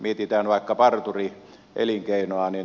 mietitään vaikka parturielinkeinoa